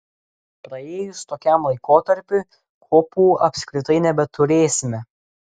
praėjus tokiam laikotarpiui kopų apskritai nebeturėsime